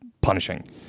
punishing